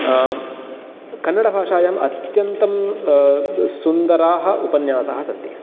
कन्नडभाषायाम् अत्यन्तं सुन्दराः उपन्यासाः सन्ति